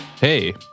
Hey